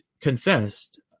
confessed